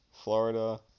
Florida